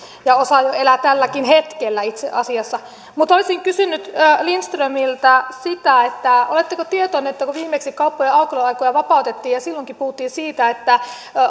ja osa elää jo tälläkin hetkellä itse asiassa mutta olisin kysynyt lindströmiltä oletteko tietoinen että kun viimeksi kauppojen aukioloaikoja vapautettiin ja silloinkin puhuttiin siitä että